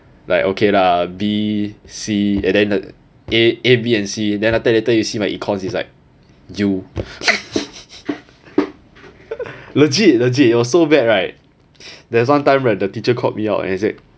like okay lah B C and then A A B and C then after that later you see my econs it's like U legit legit it was so bad right there's one time right the teacher called me out and said